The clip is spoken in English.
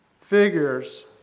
figures